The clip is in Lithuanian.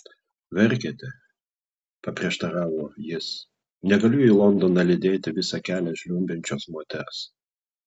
verkiate paprieštaravo jis negaliu į londoną lydėti visą kelią žliumbiančios moters